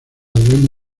dueño